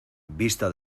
vista